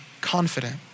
confident